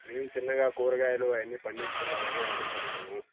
మేము చిన్నగా కూరగాయలు అవన్నీ పండించుకుందామని అనుకుంటున్నాము